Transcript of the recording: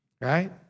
right